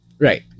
Right